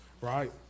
right